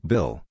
Bill